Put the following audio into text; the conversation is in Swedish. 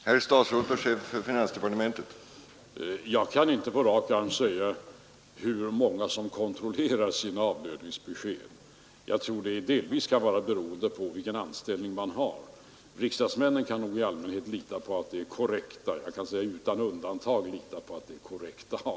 Herr talman! Jag kan inte på rak arm säga hur många som kontrollerar sina lönebesked. Jag tror att det delvis kan vara beroende på vilken anställning man har. Riksdagsmännen kan nog lita på att de avdrag som görs är korrekta.